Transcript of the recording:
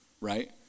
right